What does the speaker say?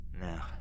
now